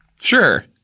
Sure